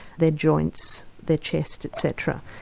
their joints, their chest etc.